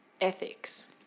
ethics